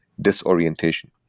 disorientation